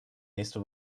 nächste